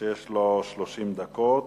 שיש לו 30 דקות.